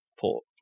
port